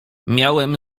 miałem